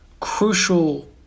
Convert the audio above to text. crucial